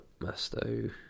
Masto